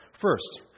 First